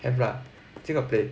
have lah still got play